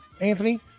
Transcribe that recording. Anthony